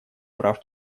прав